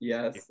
Yes